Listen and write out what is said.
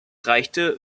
reichte